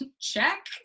check